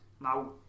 now